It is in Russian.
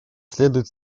следует